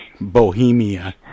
Bohemia